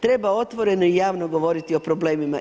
Treba otvoreno i javno govoriti o problemima.